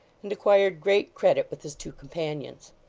and acquired great credit with his two companions.